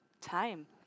time